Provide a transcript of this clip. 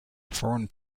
foreign